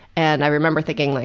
and i remember thinking, like